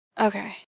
Okay